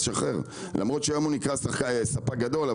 למרות שהיום הוא נקרא ספק גדול,